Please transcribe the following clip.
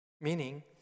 Meaning